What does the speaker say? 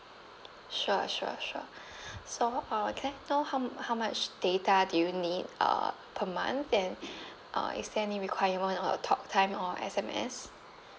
sure sure sure so uh can I know how how much data do you need err per month and uh is there any requirement or talk time or S_M_S